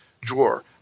drawer